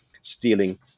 stealing